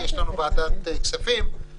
כתוצאה מזה יש גם איחור בהגעה לטיפול דחוף, איחור